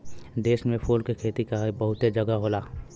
देश में फूल के खेती बहुते जगह होला